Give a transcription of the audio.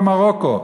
במרוקו.